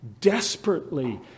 desperately